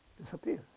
disappears